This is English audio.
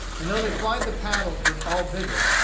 and though they plied the paddies with all vigor,